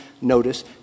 notice